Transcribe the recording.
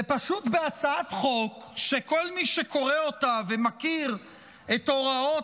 פשוט הצעת חוק שכל מי שקורא אותה ומכיר את הוראות